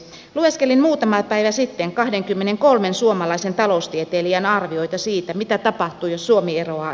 lueskelin muutama päivä sitten kahdenkymmenenkolmen suomalaisen taloustieteilijän arvioita siitä mitä tapahtuu jos suomi eroaa